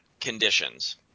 conditions